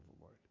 Lord